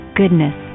goodness